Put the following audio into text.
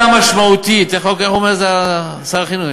בלמידה המשמעותית, איך אומר שר החינוך?